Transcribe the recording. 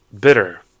bitter